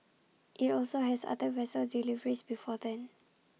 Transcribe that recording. IT also has other vessel deliveries before then